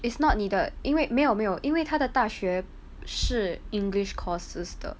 is not needed 因为没有没有因为她的大学是 english courses 的